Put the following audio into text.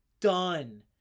done